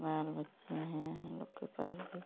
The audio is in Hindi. बाल बच्चा है हम लोग के पास भी